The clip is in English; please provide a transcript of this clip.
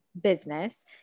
business